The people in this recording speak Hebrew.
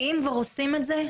כי אם כבר עושים את זה,